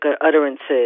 utterances